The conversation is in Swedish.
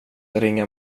ringa